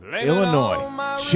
Illinois